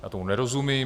Já tomu nerozumím.